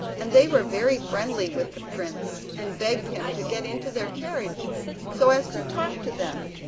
and they were very friendly with the prince and begged him to get into their carriage so as to talk to them.